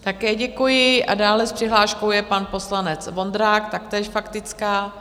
Také děkuji a dále s přihláškou je pan poslanec Vondrák, taktéž faktická.